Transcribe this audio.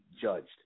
judged